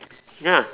ya